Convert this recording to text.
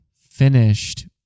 finished